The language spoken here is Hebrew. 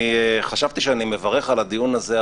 חשבתי שאני מברך על הדיון הזה,